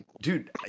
dude